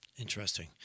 Interesting